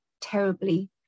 terribly